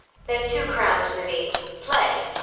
there's two crowns for thee play.